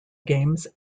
games